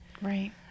Right